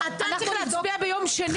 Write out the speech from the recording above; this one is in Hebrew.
אתה צריך להצביע ביום שני.